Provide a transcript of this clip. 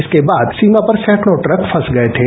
इसके बाद सीमा पर सैकडों ट्रक फंस गए थे